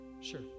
Sure